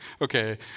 okay